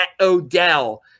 O'Dell